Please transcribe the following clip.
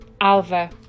Alva